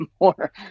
more